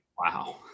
Wow